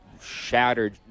shattered